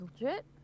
legit